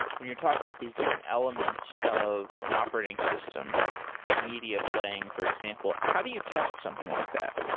when you're talking about these different elements of an operating system, like media playing, for example, how do you test something like that?